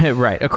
yeah right,